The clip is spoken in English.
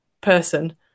person